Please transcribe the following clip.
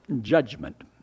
judgment